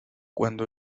cuando